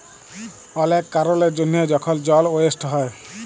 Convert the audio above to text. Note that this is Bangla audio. অলেক কারলের জ্যনহে যখল জল ওয়েস্ট হ্যয়